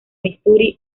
missouri